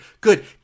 good